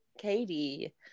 Katie